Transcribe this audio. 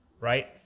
right